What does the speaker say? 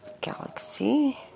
galaxy